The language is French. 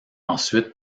ensuite